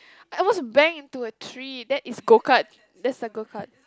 I almost bang into a tree that is go kart that's a go kart